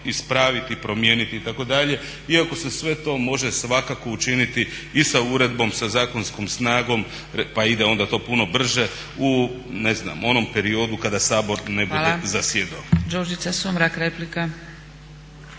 ispraviti i promijeniti itd., iako se sve to može svakako učiniti i sa uredbom sa zakonskom snagom, pa ide onda to puno brže u ne znam, onom periodu kada Sabor ne bude zasjedao.